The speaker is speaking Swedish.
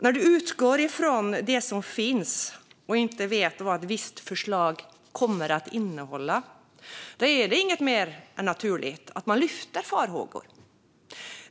När man utgår från det som finns och inte vet vad ett visst förslag kommer att innehålla, då är det inte mer än naturligt att man lyfter fram farhågor.